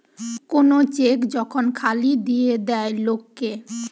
কোন চেক যখন খালি দিয়ে দেয় লোক কে